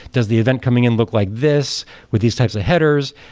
does the event coming in look like this with these types of headers?